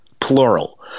plural